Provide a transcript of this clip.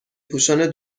پوشان